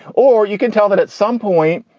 or you can tell that at some point.